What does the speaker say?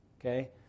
okay